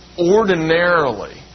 ordinarily